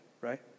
right